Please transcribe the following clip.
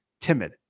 timid